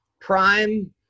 Prime